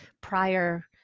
prior